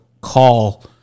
call